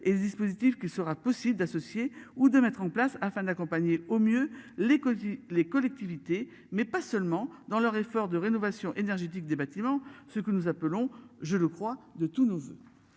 et le dispositif qu'il sera possible d'associer ou de mettre en place afin d'accompagner au mieux les causes les collectivités mais pas seulement dans leur effort de rénovation énergétique des bâtiments. Ce que nous appelons, je le crois, de tous nos.